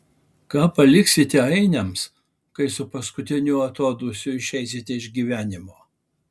ką paliksite ainiams kai su paskutiniu atodūsiu išeisite iš gyvenimo